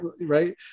right